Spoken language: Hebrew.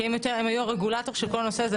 כי הם היו הרגולטור של כל הנושא הזה,